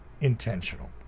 intentional